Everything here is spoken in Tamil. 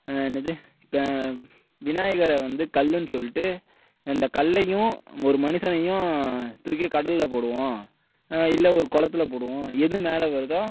என்னது இப்போ விநாயகரை வந்து கல்லுனு சொல்லிட்டு அந்த கல்லையும் ஒரு மனுஷனையும் தூக்கி கடலில் போடுவோம் இல்லை ஒரு குளத்தில் போடுவோம் எது மேலே வருதோ